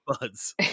buds